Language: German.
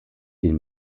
den